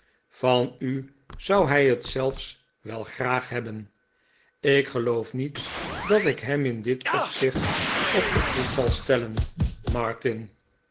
van u zou hij het zelfs wel graag hebben ik geloof niet dat ik hem in dit opzicht op de proef zal stellen